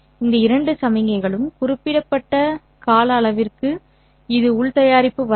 இந்த இரண்டு சமிக்ஞைகளும் குறிப்பிடப்பட்ட கால அளவிற்கு இது உள் தயாரிப்பு வரையறை